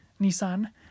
Nissan